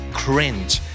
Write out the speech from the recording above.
cringe